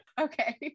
Okay